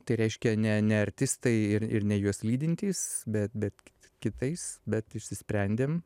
tai reiškia ne ne artistai ir ir ne juos lydintys bet bet ki kitais bet išsisprendėm